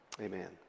Amen